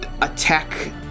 attack